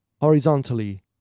horizontally